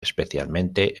especialmente